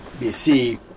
BC